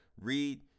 read